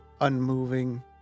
unmoving